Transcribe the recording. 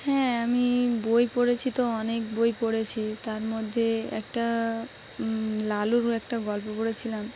হ্যাঁ আমি বই পড়েছি তো অনেক বই পড়েছি তার মধ্যে একটা লালুর একটা গল্প পড়েছিলাম